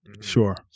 Sure